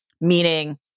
meaning